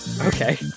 Okay